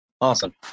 Awesome